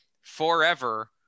forever